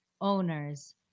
owners